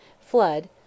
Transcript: Flood